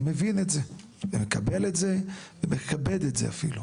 אני מבין את זה ומקבל את זה ומכבד את זה אפילו.